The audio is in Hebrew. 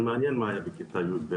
מעניין מה היה בכיתה י"ב,